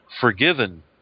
forgiven